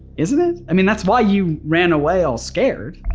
isn't it? i mean that's why you ran away all scared. i